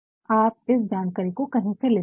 फिर आप इस जानकारी को कही से लेते है